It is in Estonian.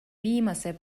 viimase